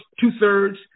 two-thirds